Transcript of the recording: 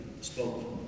spoke